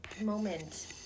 moment